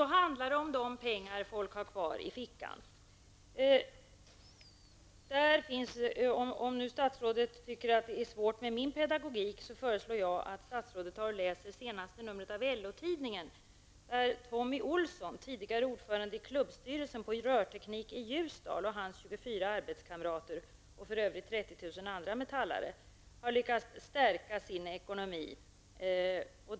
Då handlar det om de pengar som människor har kvar i fickan. Om statsrådet tycker att det är svårt med min pedagogik, föreslår jag att statsrådet läser det senaste numret av LO-Tidningen, där Tommy Rörteknik i Ljusdal och hans 24 arbetskamrater och dessutom 30 000 andra metallare, har lyckats stärka sin ekonomi.